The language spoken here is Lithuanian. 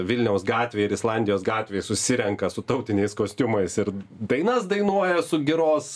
vilniaus gatvėj ir islandijos gatvėj susirenka su tautiniais kostiumais ir dainas dainuoja su giros